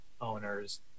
owners